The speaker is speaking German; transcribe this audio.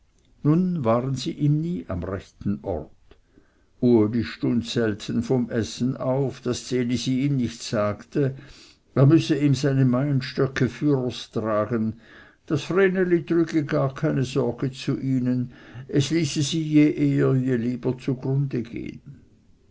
nun waren sie ihm nie am rechten ort uli stund selten vom essen auf daß ds elisi ihm nicht sagte er müsse ihm seine meienstöcke fürerstragen das vreneli trüge gar keine sorge zu ihnen es ließe sie je eher je lieber zugrunde gehen